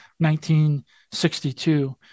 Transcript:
1962